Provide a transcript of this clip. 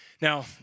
Now